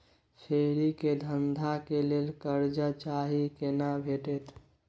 फेरी के धंधा के लेल कर्जा चाही केना भेटतै?